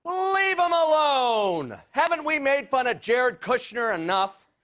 leave him alone! haven't we made fun of jared kushner enough!